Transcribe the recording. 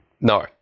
no